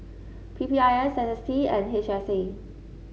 P P I S S S T and H S A